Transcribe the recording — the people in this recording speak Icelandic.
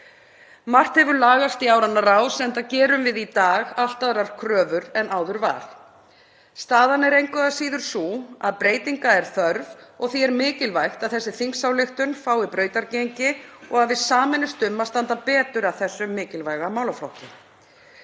Margt hefur lagast í áranna rás enda gerum við í dag allt aðrar kröfur en áður var. Staðan er engu að síður sú að breytinga er þörf og því er mikilvægt að þessi þingsályktunartillaga fái brautargengi og að við sameinumst um að standa betur að þessum mikilvæga málaflokki.